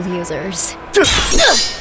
users